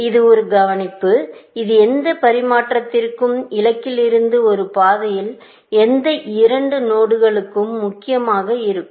இது ஒரு கவனிப்பு இது எந்த பரிமாற்றத்திற்கும் இலக்கிலிருந்து ஒரு பாதையில் எந்த இரண்டு நோடுகளுக்கும் முக்கியமாக இருக்கும்